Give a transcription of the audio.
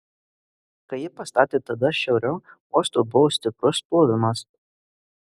kai jį pastatė tada šiauriau uosto buvo stiprus plovimas